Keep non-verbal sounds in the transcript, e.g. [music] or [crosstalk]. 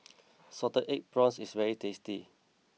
[noise] Salted Egg Prawns is very tasty